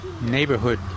neighborhood